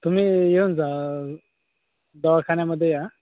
तुम्ही येऊन जा दवाखान्यामध्ये या